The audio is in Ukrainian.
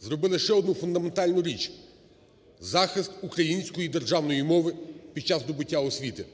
зробили ще одну фундаментальну річ – захист української державної мови під час здобуття освіти.